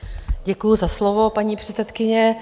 Děkuji za slovo, paní předsedkyně.